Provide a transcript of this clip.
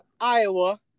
Iowa